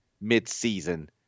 mid-season